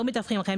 לא מדווחים להם,